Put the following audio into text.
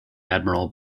admiral